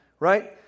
Right